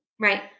right